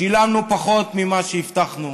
שילמנו פחות ממה שהבטחנו,